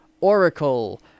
Oracle